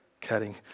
Cutting